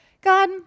God